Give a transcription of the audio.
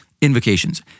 invocations